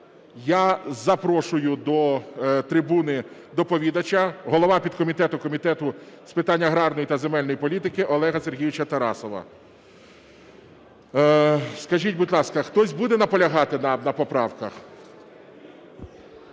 Я запрошую до трибуни доповідача – голова підкомітету Комітету з питань аграрної та земельної політики Олега Сергійовича Тарасова. Скажіть, будь ласка, хтось буде наполягати на поправках?